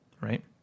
right